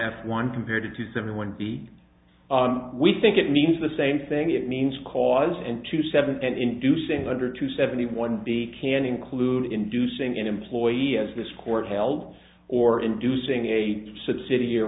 f one compared to seventy one b we think it means the same thing it means cause and two seven and inducing under two seventy one b can include inducing an employee as this court held or inducing a subsid